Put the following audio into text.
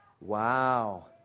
wow